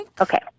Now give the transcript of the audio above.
Okay